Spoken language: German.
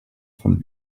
von